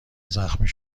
زخمی